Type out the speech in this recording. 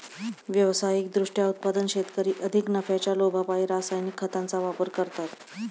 व्यावसायिक दृष्ट्या उत्पादक शेतकरी अधिक नफ्याच्या लोभापायी रासायनिक खतांचा वापर करतात